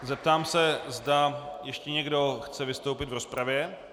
Zeptám se, zda ještě někdo chce vystoupit v rozpravě.